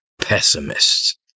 pessimists